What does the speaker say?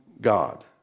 God